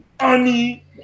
Honey